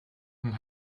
and